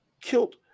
killed